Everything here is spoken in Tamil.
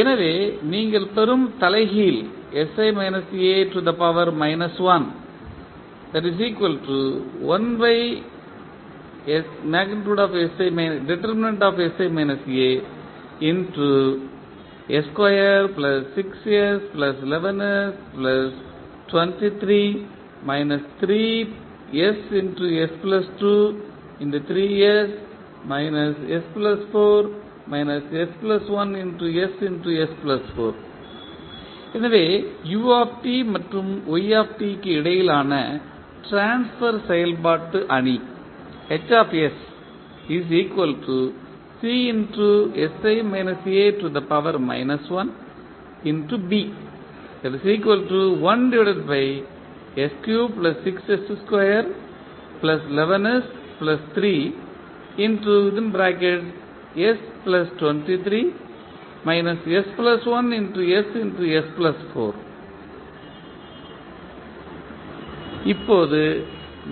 எனவே நீங்கள் பெறும் தலைகீழ் எனவே u மற்றும் y க்கு இடையிலான ட்ரான்ஸ்பர் செயல்பாட்டு அணி இப்போது